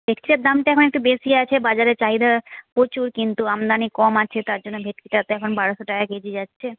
ভেটকিটার দামটা এখন একটু বেশী আছে বাজারে চাহিদা প্রচুর কিন্তু আমদানি কম আছে তার জন্য ভেটকিটা তো এখন বারোশো টাকা কেজি যাচ্ছে